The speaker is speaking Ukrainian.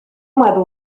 меду